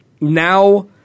now